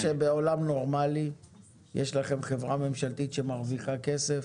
אני חושב שבעולם נורמלי יש לכם חברה ממשלתית שמרוויחה כסף